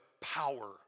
power